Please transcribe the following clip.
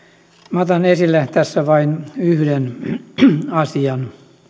minä otan esille tässä vain yhden asian